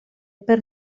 per